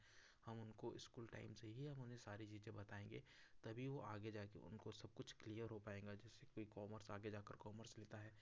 हम उनको school time से ही हम उन्हें सारी चीज़ें बताएँगे तभी वे आगे जा कर उनको सब कुछ क्लियर हो पाएगा जैसे कोई कॉमर्स आगे जा कर कॉमर्स लेता है